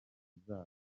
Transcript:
afatanya